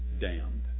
damned